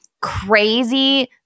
crazy